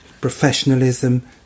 professionalism